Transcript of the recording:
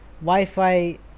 Wi-Fi